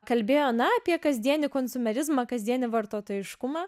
kalbėjo na apie kasdienį konsumerizma kasdienį vartotojiškumą